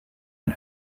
ein